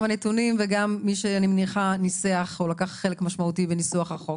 גם בגלל הנתונים וגם מי שאני מניחה שלקח חלק משמעותי בניסוח החוק,